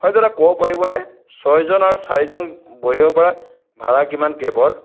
হয় দাদা ক'ব পাৰিবনে ছয়জন আৰু চাৰিজন বহিব পৰা ভাড়া কিমান কেবৰ